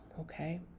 okay